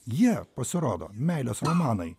jie pasirodo meilės romanai